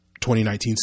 2019